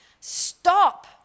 stop